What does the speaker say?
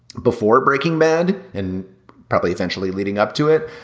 before breaking bad and probably eventually leading up to it.